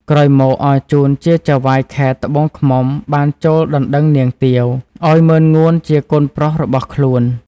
ក្រោយមកអរជូនជាចៅហ្វាយខេត្តត្បូងឃ្មុំបានចួលដណ្តឹងនាងទាវ ឲ្យម៉ឺនងួនជាកូនប្រុសរបស់ខ្លួន ។